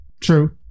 True